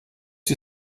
die